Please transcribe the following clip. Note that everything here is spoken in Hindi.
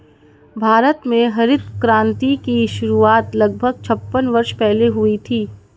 भारत में हरित क्रांति की शुरुआत लगभग छप्पन वर्ष पहले हुई थी